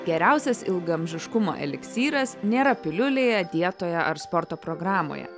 geriausias ilgaamžiškumo eliksyras nėra piliulėje dietoje ar sporto programoje